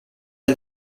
sua